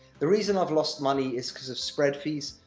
the reason i've lost money, is because of spread fees.